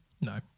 No